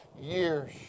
years